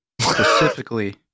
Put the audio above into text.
specifically